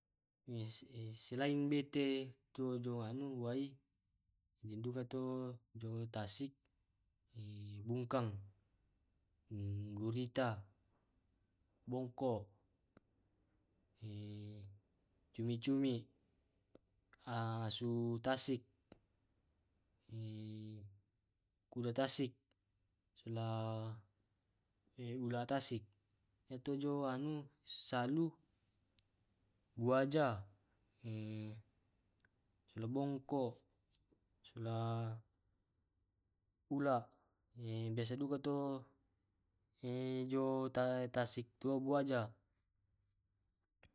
Selaing bete to jo anu wai den duka to jo tasik, bungkang, gurita, bongkok, cumi cumi, asu tasik, kuda tasik, sola e ula tasik iya to jo saluk buaja, sula bongkok, solla ula biasa duka to jo ta tassik to buaja.